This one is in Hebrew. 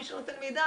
מי שנותן מידע,